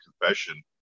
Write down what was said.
confession